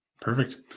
Perfect